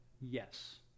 yes